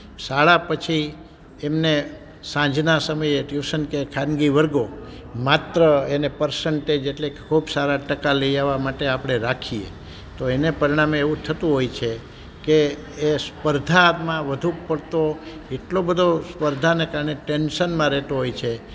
શાળા પછી એમને સાંઝના સમયે ટ્યુસન કે ખાનગી વર્ગો માત્ર એને પર્સન્ટેજ એટલે કે ખૂબ સારા ટકા લઈ આવા માટે આપણે રાખીએ તો એને પરિણામે એવું થતું હોય છે કે એ સ્પર્ધામાં વધુ પડતો એટલો બધો સ્પર્ધાને કારણે ટેન્સનમાં રહેતો હોય છે